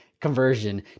conversion